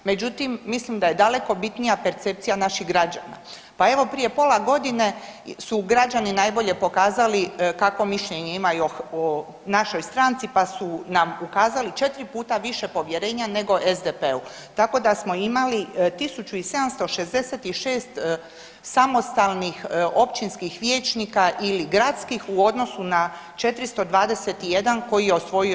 Međutim, mislim da je daleko bitnija percepcija naših građana, pa evo, prije pola godine su građani najbolje pokazali kakvo mišljenje imaju o našoj stranci pa su nam ukazali 4 puta više povjerenja nego SDP-u, tako da smo imali 1 766 samostalnih općinskih vijećnika ili gradskih u odnosu na 421 koji je osvojio SDP.